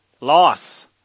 loss